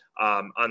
on